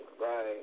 right